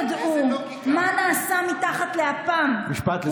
ואם הם לא ידעו מה נעשה מתחת לאפם, משפט לסיכום.